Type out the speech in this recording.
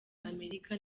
amerika